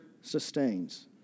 sustains